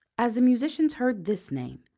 as the musicians heard this name,